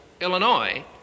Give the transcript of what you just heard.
Illinois